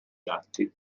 gatti